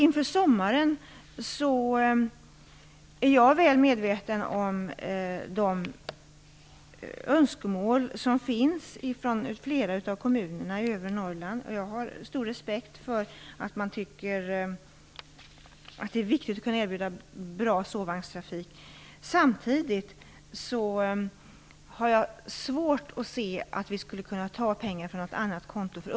Inför sommaren är jag väl medveten om de önskemål som finns från flera av kommunerna i övre Norrland. Jag har stor respekt för att man tycker att det är viktigt att kunna erbjuda bra sovvagnstrafik. Samtidigt har jag svårt att se att vi skulle kunna ta pengar från något annat konto.